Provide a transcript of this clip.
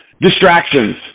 Distractions